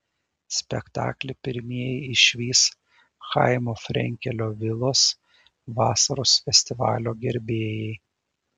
spektaklį pirmieji išvys chaimo frenkelio vilos vasaros festivalio gerbėjai